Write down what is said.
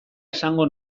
esango